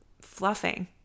fluffing